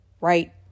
Right